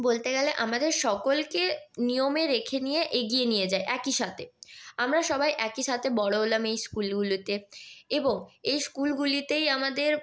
বলতে গেলে আমাদের সকলকে নিয়মে রেখে নিয়ে এগিয়ে নিয়ে যায় একই সাথে আমরা সবাই একই সাথে বড়ো হলাম এই স্কুলগুলোতে এবং এই স্কুলগুলিতেই আমাদের